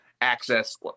access